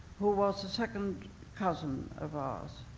who was second cousin of ours,